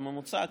בממוצע,